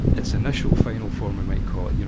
it's initial final form we might call it,